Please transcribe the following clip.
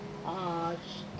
uh